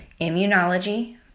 immunology